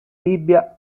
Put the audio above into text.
libia